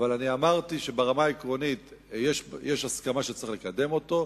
אמרתי שברמה העקרונית יש הסכמה שצריך לקדם אותו.